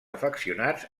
afeccionats